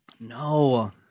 No